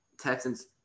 texans